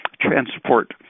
transport